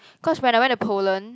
cause when I went to Poland